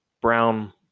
Brown